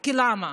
למה?